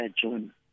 June